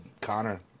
Connor